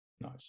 nice